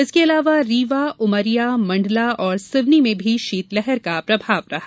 इसके अलावा रीवा उमरिया मंडला और सिवनी में भी शीतलहर का प्रभाव रहा